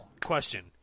question